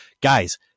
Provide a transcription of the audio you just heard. guys